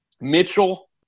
Mitchell